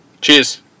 cheers